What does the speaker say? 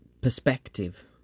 Perspective